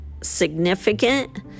significant